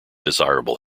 desirable